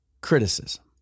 criticism